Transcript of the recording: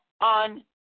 On